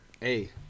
Hey